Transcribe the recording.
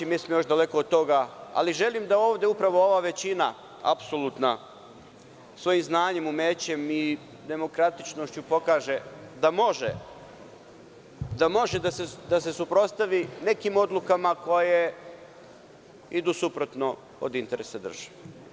Mi smo još daleko od toga, ali želim da ovde upravo ova većina apsolutna svojim znanjem, umećem i demokratičnošću da može da se suprotstavi nekim odlukama koje idu suprotno od interesa države.